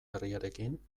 herriarekin